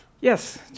Yes